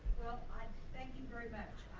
ah um thank you very much.